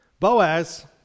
Boaz